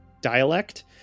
dialect